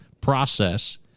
process